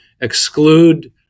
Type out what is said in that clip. exclude